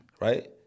Right